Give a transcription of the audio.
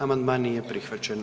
Amandman nije prihvaćen.